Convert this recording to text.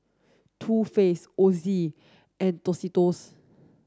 Too Faced Ozi and Tostitos